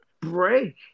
break